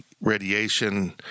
radiation